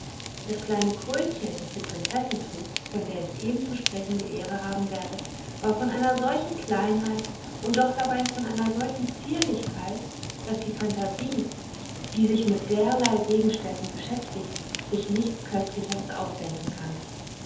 das kleine krönchen das die prinzessin trug von der ich eben zu sprechen die ehre haben werde war von einer solchen kleinheit und doch dabei von einer solchen zierlichkeit daß die phantasie die sich mit derlei gegenständen beschäftigt sich nichts köstlicheres ausdenken kann